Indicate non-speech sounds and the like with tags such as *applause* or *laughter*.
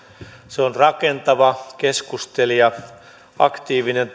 se on rakentava keskustelija aktiivinen *unintelligible*